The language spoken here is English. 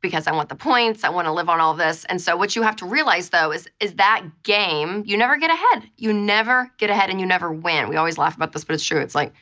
because i want the points, i want to live on all of this. and so what you have to realize, though, is is that game you never get ahead. you never get ahead, and you never win. we always laugh about this, but it's true. it's like,